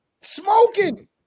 smoking